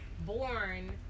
born